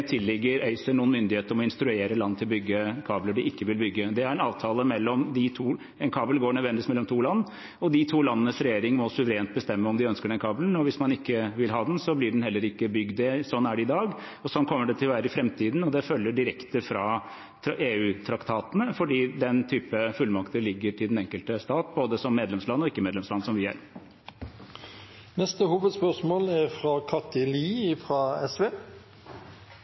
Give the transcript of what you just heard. tilligger ACER noen myndighet til å instruere land til å bygge kabler de ikke vil bygge. Det er en avtale mellom to land. En kabel går nødvendigvis mellom to land, og de to landenes regjeringer må suverent bestemme om de ønsker den kabelen. Hvis man ikke vil ha den, blir den heller ikke bygd. Sånn er det i dag, og sånn kommer det til å være i framtiden. Det følger direkte av EU-traktatene, fordi den type fullmakter ligger til den enkelte stat, både som medlemsland og ikke-medlemsland, som vi er. Vi går videre til neste hovedspørsmål.